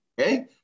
Okay